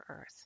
Earth